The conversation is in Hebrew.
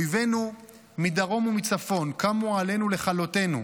אויבינו מדרום ומצפון קמו עלינו לכלותינו,